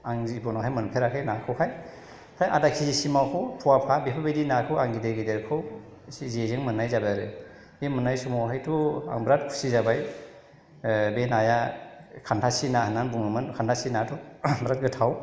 आं जिबनावहाय मोनफेराखौ नाखौहाय फ्राय आदा केजिसिमावखौ फवाफा बेफोरबायदि नाखौ आं गिदिर गिदिरखौ जेजों मोननाय जाबाय आरो बे मोननाय समावहायथ' आं बिराथ खुसि जाबाय बे नाया खान्थासिना होननानै बुङोमोन खान्थासिना बिराथ गोथाव